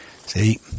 See